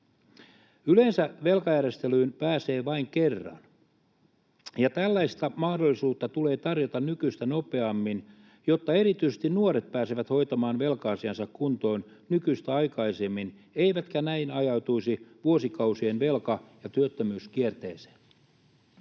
Yleensä velkajärjestelyyn pääsee vain kerran, ja tällaista mahdollisuutta tulee tarjota nykyistä nopeammin, jotta erityisesti nuoret pääsevät hoitamaan velka-asiansa kuntoon nykyistä aikaisemmin eivätkä näin ajautuisi vuosikausien velka- ja työttömyyskierteeseen.